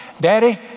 Daddy